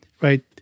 Right